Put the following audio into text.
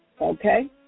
Okay